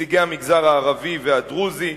ונציגי המגזר הערבי והדרוזי,